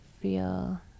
feel